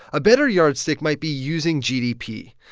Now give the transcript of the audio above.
a better yardstick might be using gdp.